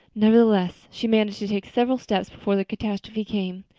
nevertheless, she managed to take several steps before the catastrophe came.